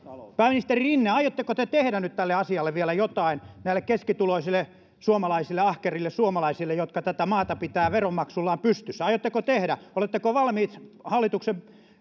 pääministeri rinne aiotteko te tehdä nyt tälle asialle vielä jotain näille keskituloisille suomalaisille ahkerille suomalaisille jotka tätä maata pitävät veronmaksullaan pystyssä aiotteko tehdä ja oletteko valmiit